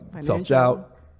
self-doubt